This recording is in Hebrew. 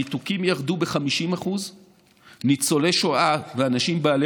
הניתוקים ירדו ב-50%; ניצולי שואה ואנשים בעלי